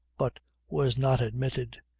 but was not admitted.